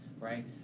right